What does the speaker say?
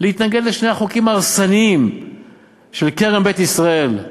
להתנגד לשני החוקים ההרסניים לכרם בית ישראל,